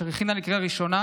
והיא הכינה לקריאה לראשונה